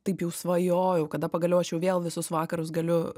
taip jau svajojau kada pagaliau aš jau vėl visus vakarus galiu